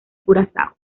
curazao